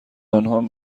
آنها